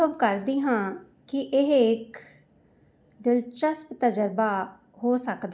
ਕਿਉਂਕਿ ਇੱਕ ਪੋਰਟਰੇਟ ਵਿੱਚ ਅੱਖਾਂ ਤੋਂ ਵੱਧ ਮਹੱਤਵਪੂਰਨ ਕੁਝ ਨਹੀਂ ਹੁੰਦਾ